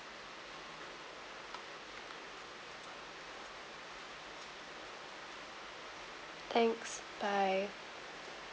thanks bye